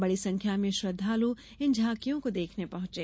बड़ी संख्या में श्रद्वालु इन झांकियों को देखने पहुॅचे